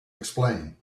explain